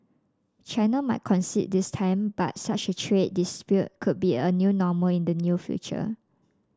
China might concede this time but such a trade dispute could be a new normal in the future